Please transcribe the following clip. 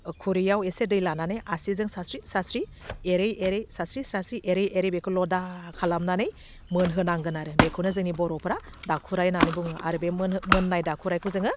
खुरैयाव एसे दै लानानै आसिजों सारस्रि सारस्रि एरै एरै सारस्रि सारस्रि एरै एरै बेखौ लदा खालामनानै मोनहोनांगोन आरो बेखौनो जोंनि बर'फ्रा दाखुराइ होन्नानै बुङो आरो बे मोनहो मोन्नाय दाखुराइखौ जोङो